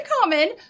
common